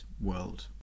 world